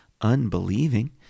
unbelieving